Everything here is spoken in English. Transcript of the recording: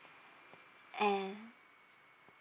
and